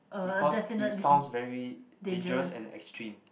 because it sounds very dangerous and extreme